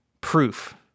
proof